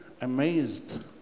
amazed